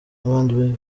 n’abandi